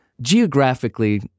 geographically